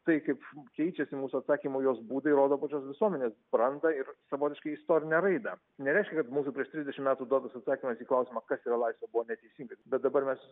tai kaip keičiasi mūsų atsakymai jos būdai rodo pačios visuomenės brandą ir savotiškai istorinę raidą nereiškia kad mūsų prieš trisdešimt metų duotas atsakymas į klausimą kas yra laisvė buvo neteisingas bet dabar mes